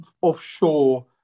offshore